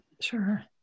sure